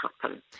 happen